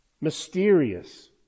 mysterious